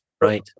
Right